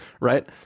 Right